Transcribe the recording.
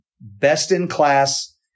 best-in-class